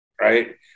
Right